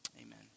Amen